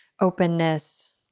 openness